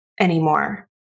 anymore